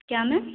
क्या मैम